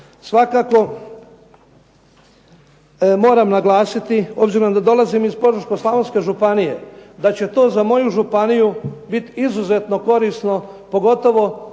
Svakako moram naglasiti, obzirom da dolazim iz Požeško-slavonske županije da će to za moju županiju biti izuzetno korisno pogotovo